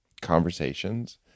conversations